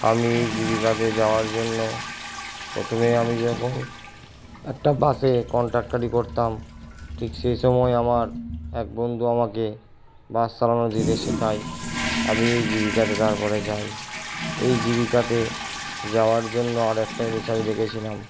আমি এই জীবিকাতে যাওয়ার জন্য প্রথমে আমি যখন একটা বাসে কন্ডাকটারি করতাম ঠিক সেই সময় আমার এক বন্ধু আমাকে বাস চালানো শেখায় আমি এই জীবিকাতে তারপরে যাই এই জীবিকাতে যাওয়ার জন্য আরেকটা জিনিস আমি দেখেছিলাম